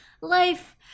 life